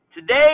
Today